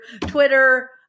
Twitter